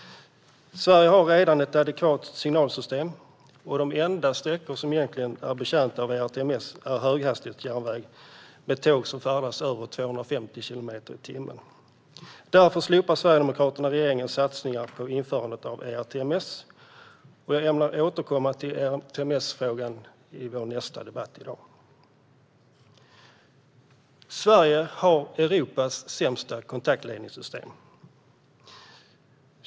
Sverige har redan ett adekvat signalsystem, och de enda sträckor som egentligen är betjänta av ERTMS är höghastighetsjärnväg med tåg som färdas i över 250 kilometer i timmen. Därför vill Sverigedemokraterna slopa regeringens satsning på införandet av ERTMS. Jag ämnar återkomma till ERTMS-frågan i vår nästa debatt i dag. Sverige har Europas sämsta kontaktledningssystem.